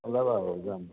ওলাবা বাৰু যাম